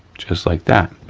just like that.